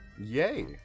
Yay